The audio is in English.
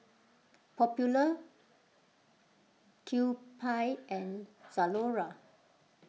Popular Kewpie and Zalora